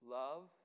love